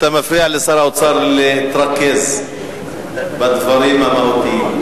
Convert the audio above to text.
אתה מפריע לשר האוצר להתרכז בדברים המהותיים.